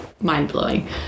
mind-blowing